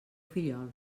fillol